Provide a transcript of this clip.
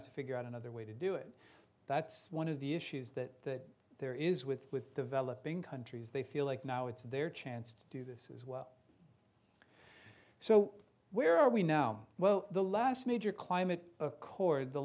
g to figure out another way to do it that's one of the issues that there is with with developing countries they feel like now it's their chance to do this as well so where are we no well the last major climate accord the